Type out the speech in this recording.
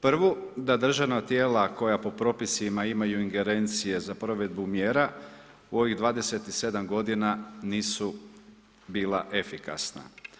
Prvu, da državna tijela koja po propisima imaju ingerencije za provedbu mjera u ovih 27 g. nisu bila efikasna.